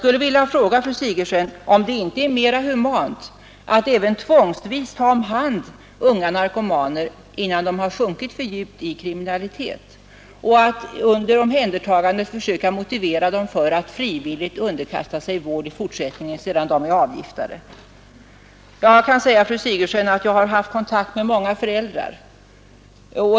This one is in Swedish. Jag vill fråga fru Sigurdsen om det inte är mera humant att också tvångsvis ta hand om unga narkomaner, innan de har sjunkit för djupt i kriminalitet, och att under omhändertagandet försöka motivera dem för att frivilligt underkasta sig vård i fortsättningen, sedan de har blivit avgiftade. Jag kan tala om för fru Sigurdsen att jag har haft kontakt med många föräldrar.